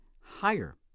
higher